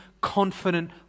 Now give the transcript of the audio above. confident